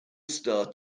star